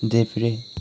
देब्रे